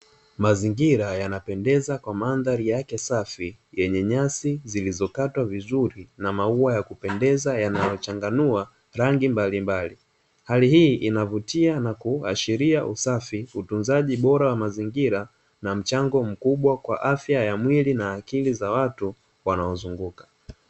Mazingira yanapendeza kwa mandhari yake safi yenye nyasi zilizokatwa vizuri na maua ya kupendeza, yanayochanganua rangi mbali mbali. Hali hii inavutia na kuashiria usafi wa utunzaji bora wa mazingira na mchango mkubwa kwa afya ya mwili na akili za watu wanaozunguka.